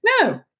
No